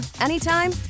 anytime